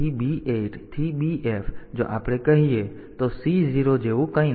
તેથી B8 થી BF જો આપણે કહીએ તો C0 જેવું કંઈ નથી